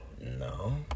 No